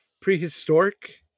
prehistoric